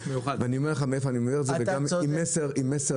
אני אומר לך מאיפה אני אומר את זה עם מסר מסוים.